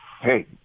Hey